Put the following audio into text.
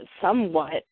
somewhat